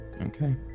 Okay